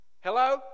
hello